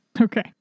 Okay